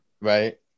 Right